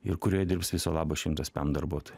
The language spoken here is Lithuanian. ir kurioje dirbs viso labo šimtas pem darbuotojų